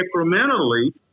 incrementally